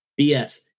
BS